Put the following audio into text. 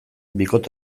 bikote